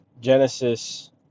Genesis